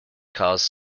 caused